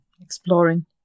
exploring